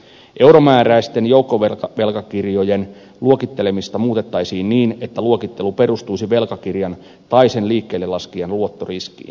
euromääräisten joukkovelkakirjojen luokittelemista muutettaisiin niin että luokittelu perustuisi velkakirjan tai sen liikkeellelaskijan luottoriskiin